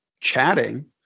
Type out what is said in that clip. chatting